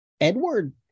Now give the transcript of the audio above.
edward